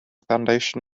foundation